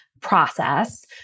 process